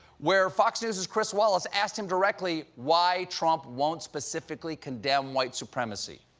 where fox news's chris wallace asked him directly why trump won't specifically condemn white supremacy.